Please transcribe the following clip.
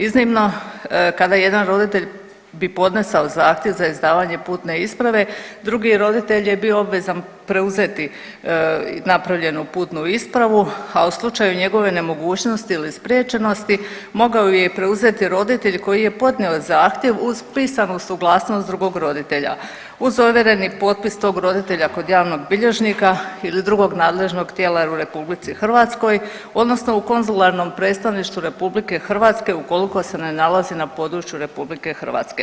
Iznimno kada jedan roditelj bi podnesao zahtjev za izdavanje putne isprave drugi roditelj je bio obvezan preuzeti napravljenu putnu ispravu, a u slučaju njegove nemogućnosti ili spriječenosti mogao ju je i preuzeti roditelj koji je podnio zahtjev uz pisanu suglasnost drugog roditelja uz ovjereni potpis tog roditelja kod javnog bilježnika ili drugoga nadležnog tijela u RH odnosno u konzularnom predstavništvu RH ukoliko se ne nalazi na području RH.